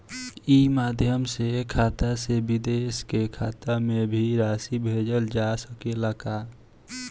ई माध्यम से खाता से विदेश के खाता में भी राशि भेजल जा सकेला का?